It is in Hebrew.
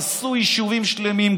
הרסו יישובים שלמים,